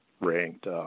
ranked